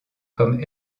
comme